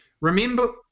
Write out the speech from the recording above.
remember